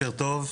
בוקר טוב,